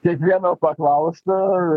kiekvieno paklaust